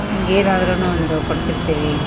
ಹಿಂಗ್ ಏನಾದ್ರು ಒಂದು ಕೊಡ್ತಿರ್ತೀವಿ